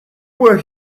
were